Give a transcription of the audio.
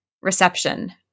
reception